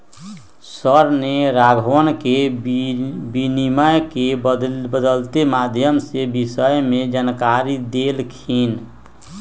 sir ने राघवन के विनिमय के बदलते माध्यम के विषय में जानकारी देल खिन